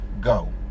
go